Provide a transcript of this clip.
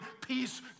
peace